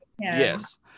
Yes